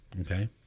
Okay